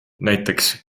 näiteks